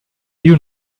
you